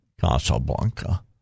Casablanca